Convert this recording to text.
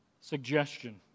suggestion